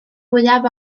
fwyaf